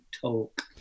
talk